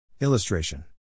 Illustration